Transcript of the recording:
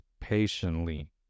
patiently